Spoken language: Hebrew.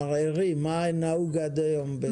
מה נהוג עד היום לגבי המערערים?